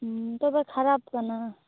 ᱩᱸ ᱱᱤᱛᱳᱜ ᱫᱚ ᱠᱷᱟᱨᱟᱯ ᱠᱟᱱᱟ